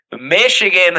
Michigan